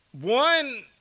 One